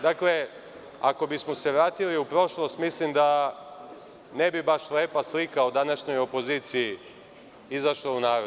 Dakle, ako bismo se vratili u prošlost, mislim da ne bi baš lepa slika o današnjoj opoziciji izašla u narod.